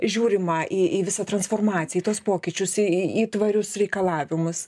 žiūrima į į visą transformaciją į tuos pokyčius į į tvarius reikalavimus